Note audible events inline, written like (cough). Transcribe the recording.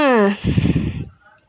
uh (breath)